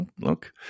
Look